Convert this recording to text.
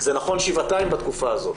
זה נכון שבעתיים בתקופה הזאת,